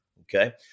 Okay